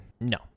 No